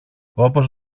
όπως